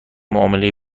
معاملهای